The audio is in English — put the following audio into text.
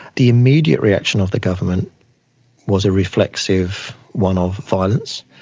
the immediate reaction of the government was a reflexive one of violence,